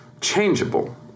changeable